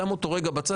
אני שם את זה רגע בצד.